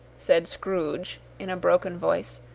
said scrooge in a broken voice,